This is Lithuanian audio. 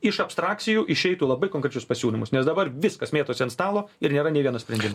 iš abstrakcijų išeitų labai konkrečius pasiūlymus nes dabar viskas mėtosi ant stalo ir nėra nei vieno sprendimo